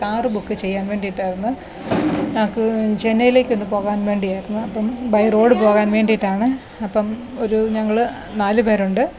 car book ചെയ്യാൻ വേണ്ടിയിട്ടായിരുന്നു ഞങ്ങൾക്ക് ചെന്നൈയിലേക്കൊന്നു പോകാൻ വേണ്ടിയായിരുന്നു അപ്പം ബൈ റോഡ് പോകാൻ വേണ്ടീട്ടാണ് അപ്പം ഒരു ഞങ്ങൾ നാല് പേരുണ്ട്